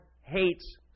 hates